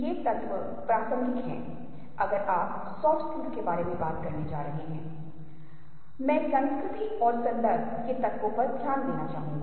हम चीजों को समझने चीजों का अनुभव करने के बारे में बात करते हैं लेकिन वास्तव में इसका क्या मतलब है